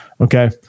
okay